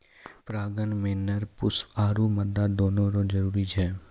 परागण मे नर पुष्प आरु मादा दोनो रो जरुरी छै